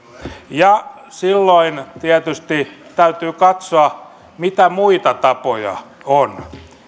ja silloin tietysti täytyy katsoa mitä muita tapoja on